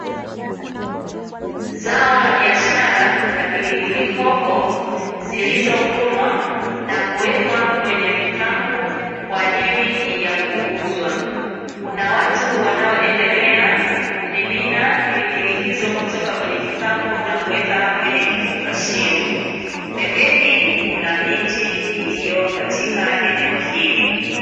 Zao la biashara la pilipili hoho zilizovunwa na kuwekwa kwenye vikapu kwaajili ya kuuzwa, kuna watu wanaoendelea kumimina pilipili hizo kutoka kwenye kikapu na kuweka kwenye kifungashio. Pembeni kuna miti iliyokatika eneo hili.